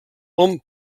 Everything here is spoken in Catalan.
hom